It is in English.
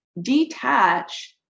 detach